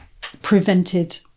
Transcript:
prevented